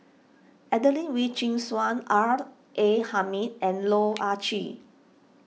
Adelene Wee Chin Suan R A Hamid and Loh Ah Chee